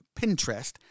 Pinterest